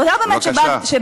תודה באמת שבאתם,